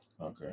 Okay